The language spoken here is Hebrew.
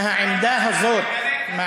מהעמדה הזאת, אתה מגנה גם את הרצח בירושלים?